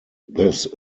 this